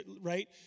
right